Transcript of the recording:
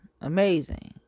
amazing